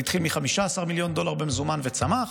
זה התחיל מ-15 מיליון דולר במזומן וצמח.